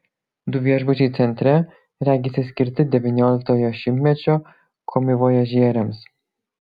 du viešbučiai centre regisi skirti devynioliktojo šimtmečio komivojažieriams